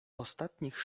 ostatnich